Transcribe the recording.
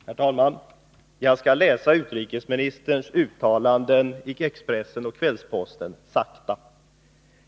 Herr talman! Jag skall läsa utrikesministerns uttalanden i Expressen och Kvällsposten sakta.